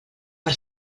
per